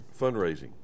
Fundraising